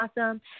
awesome